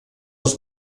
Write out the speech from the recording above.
els